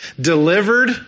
delivered